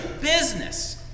business